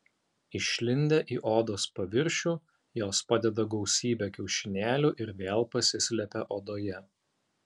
išlindę į odos paviršių jos padeda gausybę kiaušinėlių ir vėl pasislepia odoje